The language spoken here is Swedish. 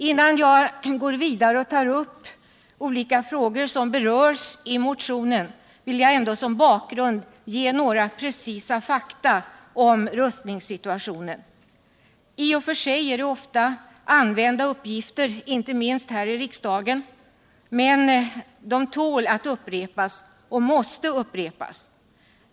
Innan jag går vidare och tar upp olika frågor som berörs i motionen vill jag som bakgrund ge några precisa fakta om rustningssituationen. I och för sig är det ofta använda uppgifter — inte minst här i riksdagen - men de tål att upprepas. och måste upprepas.